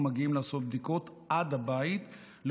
המגיעים עד הבית כדי לעשות בדיקות